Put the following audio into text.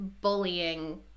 bullying